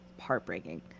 heartbreaking